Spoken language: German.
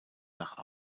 nach